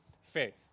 faith